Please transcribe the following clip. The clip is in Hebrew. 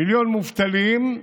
מיליון מובטלים,